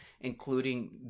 including